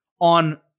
on